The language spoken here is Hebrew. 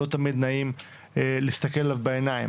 לא תמיד נעים להסתכל עליו בעיניים.